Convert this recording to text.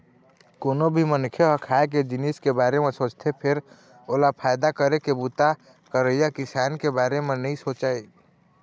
कोनो भी मनखे ह खाए के जिनिस के बारे म सोचथे फेर ओला फायदा करे के बूता करइया किसान के बारे म नइ सोचय